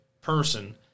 person